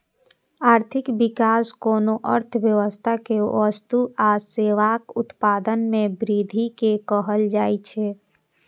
आर्थिक विकास कोनो अर्थव्यवस्था मे वस्तु आ सेवाक उत्पादन मे वृद्धि कें कहल जाइ छै